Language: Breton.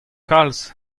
kalz